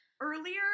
earlier